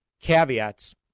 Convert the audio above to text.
caveats